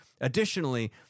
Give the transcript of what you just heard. Additionally